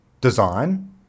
design